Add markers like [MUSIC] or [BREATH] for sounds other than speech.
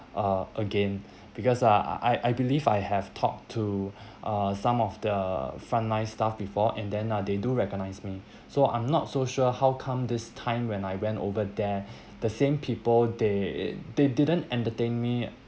uh again because ah I I I believe I have talked to [BREATH] uh some of the frontline staff before and then ah they do recognize me so I'm not so sure how come this time when I went over there [BREATH] the same people they it they didn't entertain me